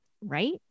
Right